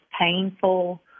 painful